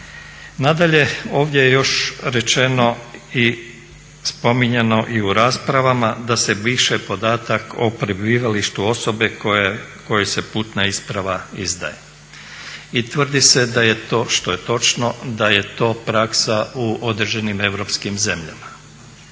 Nadalje, ovdje je još rečeno i spominjano i u raspravama da se briše podatak o prebivalištu osobe kojoj se putna isprava izdaje i tvrdi se da je to što je točno, da je to praksa u određenim europskim zemljama.